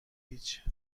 هیچ